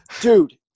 dude